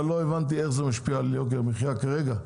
אבל לא הבנתי איך זה משפיע על יוקר המחיה כרגע.